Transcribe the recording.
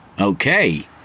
Okay